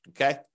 okay